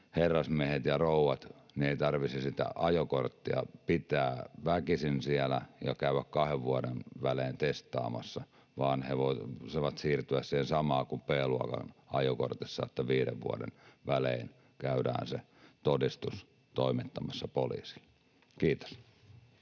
herrasmiesten ja rouvien eivät tarvitsisi sitä ajokorttia pitää väkisin ja käydä kahden vuoden välein testaamassa, vaan he voisivat siirtyä siihen samaan kuin B-luokan ajokortissa, että viiden vuoden välein käydään se todistus toimittamassa poliisille. — Kiitos.